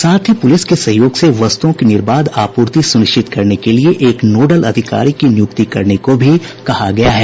साथ ही पुलिस के सहयोग से वस्तुओं की निर्बाध आपूर्ति सुनिश्चित करने के लिए एक नोडल अधिकारी की नियुक्ति करने को भी कहा गया है